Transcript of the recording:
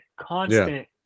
constant